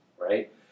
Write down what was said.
right